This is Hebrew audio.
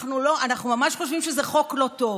אנחנו ממש חושבים שזה חוק לא טוב.